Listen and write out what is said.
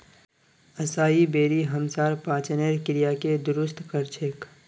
असाई berry हमसार पाचनेर क्रियाके दुरुस्त कर छेक